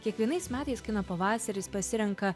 kiekvienais metais kino pavasaris pasirenka